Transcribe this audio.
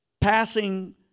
passing